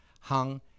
hung